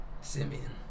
Simeon